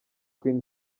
queen